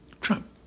Trump